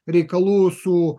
reikalų su